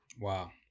Wow